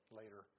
later